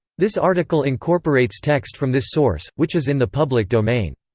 this article incorporates text from this source, which is in the public domain.